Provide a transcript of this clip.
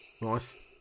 Nice